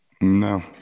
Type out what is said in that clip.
no